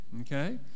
Okay